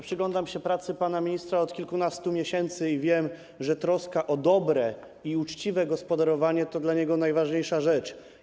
Przyglądam się pracy pana ministra od kilkunastu miesięcy i wiem, że troska o dobre i uczciwe gospodarowanie to dla niego najważniejsza rzecz.